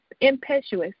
impetuous